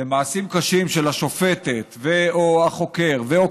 ומעשים קשים של השופטת ו/או החוקר ו/או